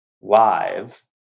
live